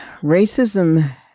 racism